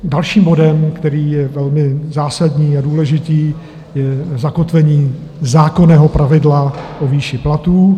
Dalším bodem, který je velmi zásadní a důležitý, je zakotvení zákonného pravidla o výši platů.